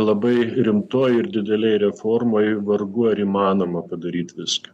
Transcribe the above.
labai rimtoj ir didelėj reformoj vargu ar įmanoma padaryt viską